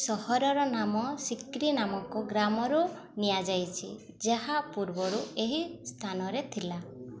ସହରର ନାମ ସିକ୍ରି ନାମକ ଗ୍ରାମରୁ ନିଆଯାଇଛି ଯାହା ପୂର୍ବରୁ ଏହି ସ୍ଥାନରେ ଥିଲା